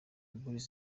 boy